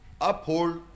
uphold